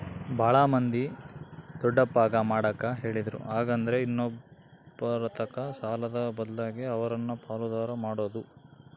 ಬಾಳ ಮಂದಿ ದೊಡ್ಡಪ್ಪಗ ಮಾಡಕ ಹೇಳಿದ್ರು ಹಾಗೆಂದ್ರ ಇನ್ನೊಬ್ಬರತಕ ಸಾಲದ ಬದ್ಲಗೆ ಅವರನ್ನ ಪಾಲುದಾರ ಮಾಡೊದು